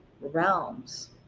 realms